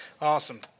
Awesome